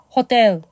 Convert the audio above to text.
Hotel